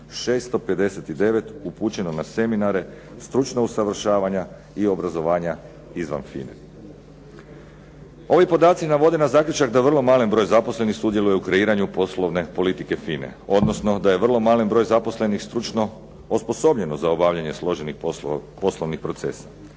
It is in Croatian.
659 upućeno na seminare, stručna usavršavanja i obrazovanja izvan FINA-e. Ovi podaci navode na zaključak da vrlo malen broj zaposlenih sudjeluje u kreiranju poslovne politike FINA-e, odnosno da je vrlo malen broj zaposlenih stručno osposobljeno za obavljanje složenih poslovnih procesa.